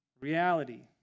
reality